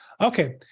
okay